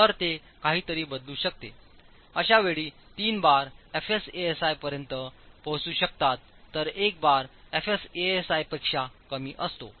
तर ते काहीतरी बदलू शकतेअशावेळी तीन बारfs Asi पर्यंत पोहोचू शकताततर एक बारfs Asi पेक्षाकमी असतो